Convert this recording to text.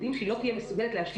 יודעים שהיא לא תהיה מסוגלת להשלים.